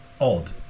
odd